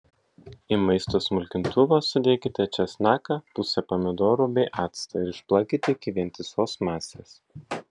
į maisto smulkintuvą sudėkite česnaką pusę pomidorų bei actą ir išplakite iki vientisos masės